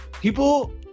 People